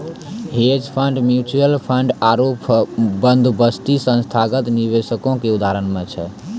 hedge fund, mutual fund आरु बंदोबस्ती संस्थागत निवेशको के उदाहरण छै